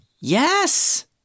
Yes